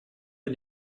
ihr